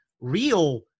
real